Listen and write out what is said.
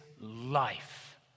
life